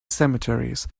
cemeteries